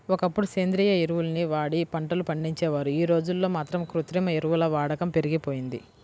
ఒకప్పుడు సేంద్రియ ఎరువుల్ని వాడి పంటలు పండించేవారు, యీ రోజుల్లో మాత్రం కృత్రిమ ఎరువుల వాడకం పెరిగిపోయింది